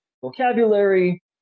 vocabulary